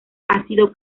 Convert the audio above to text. ácido